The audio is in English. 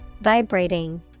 Vibrating